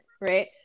right